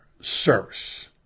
service